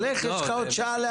תיזכר, יש עוד שעה.